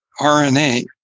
RNA